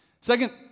Second